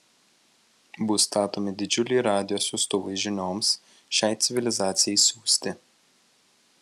bus statomi didžiuliai radijo siųstuvai žinioms šiai civilizacijai siųsti